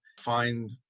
find